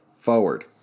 forward